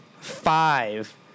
Five